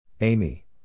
Amy